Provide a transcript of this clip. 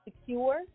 secure